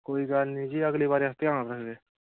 कोई गल्ल निं जी अगली बारी अस ध्यान रक्खगे